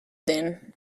then